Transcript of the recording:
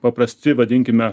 paprasti vadinkime